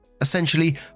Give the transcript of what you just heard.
Essentially